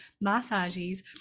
massages